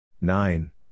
Nine